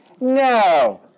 No